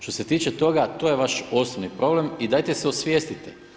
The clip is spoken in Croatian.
Što se tiče toga, to je vaš osnovni problem i dajte se osvijestite.